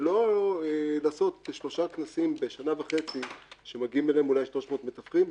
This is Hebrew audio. ולא לעשות שלושה כנסים בשנה וחצי שמגיעים אליו כ-300 מתווכים.